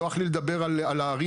נוח לי לדבר על הערים,